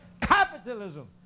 capitalism